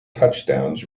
touchdowns